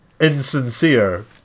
insincere